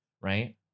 right